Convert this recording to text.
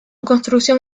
construcción